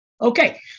Okay